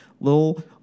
little